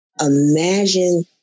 imagine